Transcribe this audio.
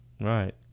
Right